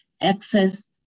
access